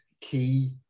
key